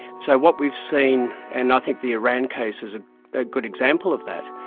so what we've seen, and i think the iran case is a good example of that,